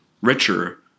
richer